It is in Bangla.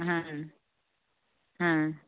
হ্যাঁ হ্যাঁ